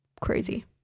crazy